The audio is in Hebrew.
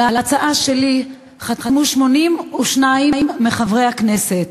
על ההצעה שלי חתמו 82 מחברי הכנסת,